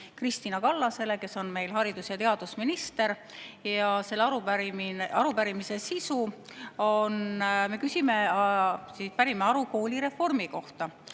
Kristina Kallasele, kes on meil haridus‑ ja teadusminister. Selle arupärimise sisu on see, et pärime aru koolireformi kohta.